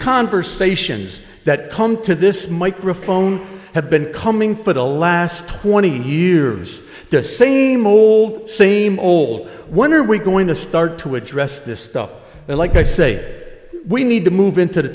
conversations that come to this microphone have been coming for the last twenty years the same old same old what are we going to start to address this stuff like i say we need to move into the